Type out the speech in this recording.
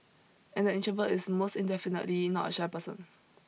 and the introvert is most indefinitely not a shy person